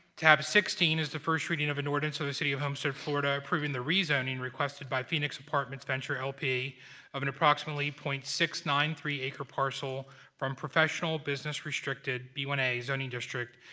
tab sixteen is the first reading of an ordinance of the city of homestead, florida, approving the rezoning requested by phoenix apartments venture lp of an approximately point six nine three acre parcel from professional business restricted, b one a, zoning district,